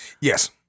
Yes